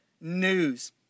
news